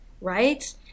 right